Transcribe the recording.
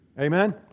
amen